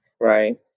Right